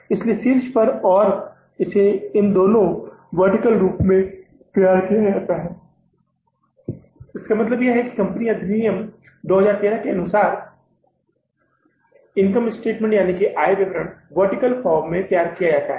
इसलिए शीर्ष पर और इसे इन दिनों ऊर्ध्वाधरवर्टीकल रूप में तैयार किया गया है इसका मतलब है कि कंपनी अधिनियम 2013 के अनुसार आय विवरण वर्टीकल क्रम में तैयार किए जाते हैं